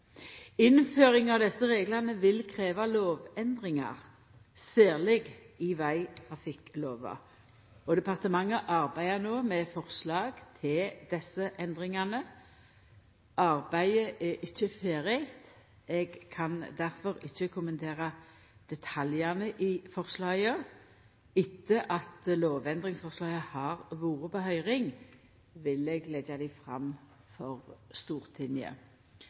av desse reglane vil krevja lovendringar, særleg i vegtrafikklova, og departementet arbeider no med forslag til desse endringane. Arbeidet er ikkje ferdig. Eg kan difor ikkje kommentera detaljane i forslaga. Etter at lovendringsforslaga har vore på høyring, vil eg leggja dei fram for Stortinget.